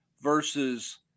versus